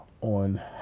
on